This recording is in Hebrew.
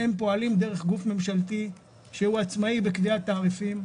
פועלים דרך גוף ממשלתי שהוא עצמאי בקביעת תעריפים,